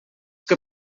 que